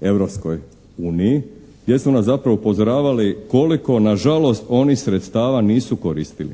Europskoj uniji, gdje su nas zapravo upozoravali koliko na žalost oni sredstava nisu koristili.